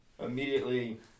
Immediately